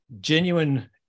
genuine